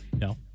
No